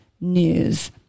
news